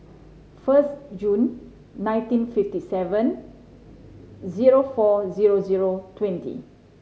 first June nineteen fifty seven zero four zero zero twenty